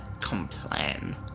complain